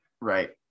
right